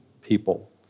people